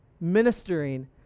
ministering